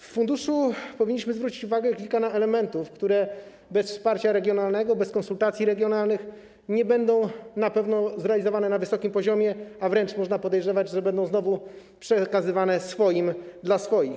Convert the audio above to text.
W funduszu powinniśmy zwrócić uwagę na kilka elementów, które bez wsparcia regionalnego, bez konsultacji regionalnych nie będą na pewno zrealizowane na wysokim poziomie, a wręcz można podejrzewać, że będą znowu przekazywane swoim, dla swoich.